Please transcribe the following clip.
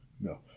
no